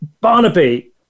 Barnaby